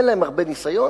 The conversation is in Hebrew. אין להם הרבה ניסיון,